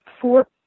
four